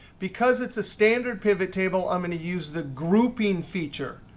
because it's a standard pivot table, i'm going to use the grouping feature.